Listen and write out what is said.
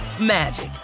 magic